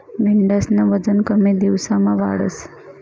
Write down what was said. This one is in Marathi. मेंढ्यास्नं वजन कमी दिवसमा वाढस